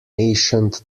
ancient